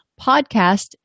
podcast